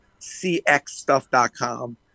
cxstuff.com